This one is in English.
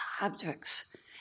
objects